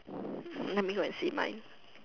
let me go and see my